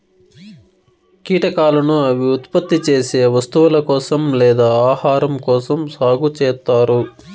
కీటకాలను అవి ఉత్పత్తి చేసే వస్తువుల కోసం లేదా ఆహారం కోసం సాగు చేత్తారు